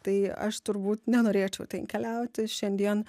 tai aš turbūt nenorėčiau ten keliauti šiandien